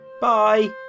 bye